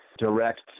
direct